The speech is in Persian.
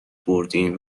بردیم